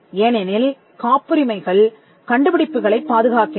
ஏனெனில் காப்புரிமைகள் கண்டுபிடிப்புகளைப் பாதுகாக்கின்றன